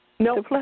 No